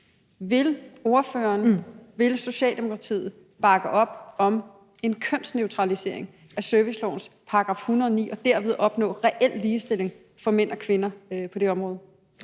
Vil ordføreren, vil Socialdemokratiet bakke op om en kønsneutralisering af servicelovens § 109 og derved skabe reel ligestilling for mænd og kvinder på det område?